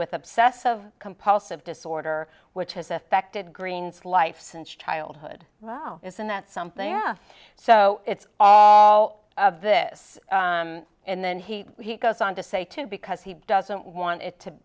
with obsessive compulsive disorder which has affected green's life since childhood wow isn't that something so it's all of this and then he goes on to say too because he doesn't want it to